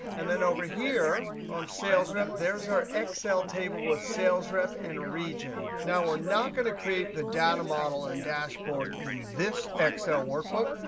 and then over here, on sales rep, there's our excel table with sales rep and region. now, we're not going to create the data model and dashboard in this excel workbook,